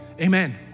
Amen